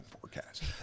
forecast